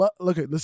Okay